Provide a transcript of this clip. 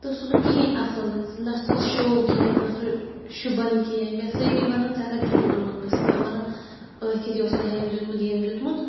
تہٕ سُہ نہٕ کِہیٖنۍ اَصٕل نہ تَتھ شوٚ کینٛہہ نہ سُہ شُبان کینٛہہ مےٚ سٲری وَنان ژےٚ کَتہِ چھُتھ یہِ اوٚنمُت بہٕ چھَسَکھ وۄنۍ وَنان ٲکھِتھ یہِ اوس مےٚ ہُمۍ دیُٚتمُت یٔمۍ دیُٚتمُت